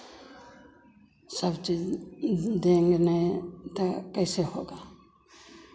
सब चीज़ देंगे नहीं तो कैसे होगा